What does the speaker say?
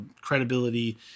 credibility